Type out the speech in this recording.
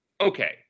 Okay